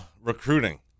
Recruiting